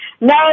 No